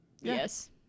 Yes